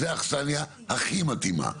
זו אכסנייה הכי מתאימה.